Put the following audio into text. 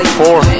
four